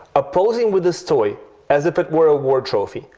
ah posing with this toy as if it were a war trophy!